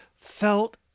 felt